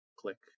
click